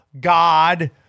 God